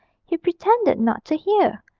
he pretended not to hear,